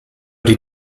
die